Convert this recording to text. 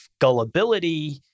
gullibility